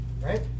Right